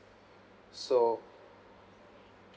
so